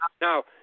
Now